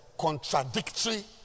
contradictory